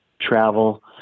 travel